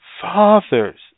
fathers